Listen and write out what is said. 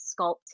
sculpt